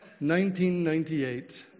1998